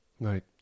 Right